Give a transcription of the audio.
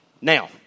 Now